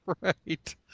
Right